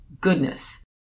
goodness